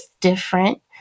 different